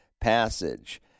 passage